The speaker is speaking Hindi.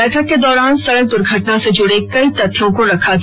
बैठक के दौरान सड़क दुर्घटना से जुड़े कई तथ्यों को रखा गया